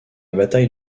bataille